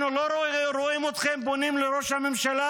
אנחנו לא רואים אתכם פונים לראש הממשלה